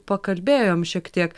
pakalbėjom šiek tiek